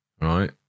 right